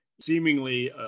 Seemingly